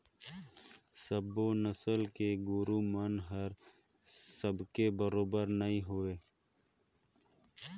सबो नसल के गोरु मन हर एके बरोबेर नई होय